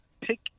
Pick